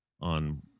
on